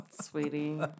sweetie